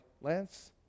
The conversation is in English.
Lance